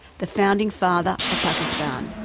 the founding father of pakistan.